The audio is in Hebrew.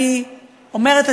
אני אומרת,